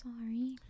sorry